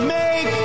make